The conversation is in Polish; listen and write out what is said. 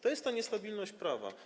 To jest ta niestabilność prawa.